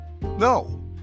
no